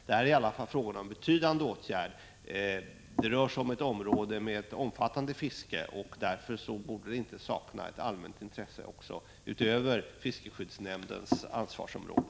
Det är fråga om betydande åtgärder, i ett område där det bedrivs ett omfattande fiske, och det borde därför inte sakna ett allmänt intresse utöver fiskeskyddsnämndens ansvarsområde.